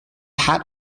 hat